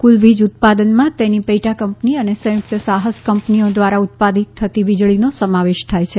કુલ વીજ ઉત્પાદનમાં તેની પેટા કંપની અને સંયુક્ત સાહસ કંપનીઓ દ્વારા ઉત્પાદિત થતી વીજળીનો સમાવેશ થાય છે